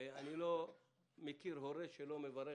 שאני לא מכיר הורה שלא מברך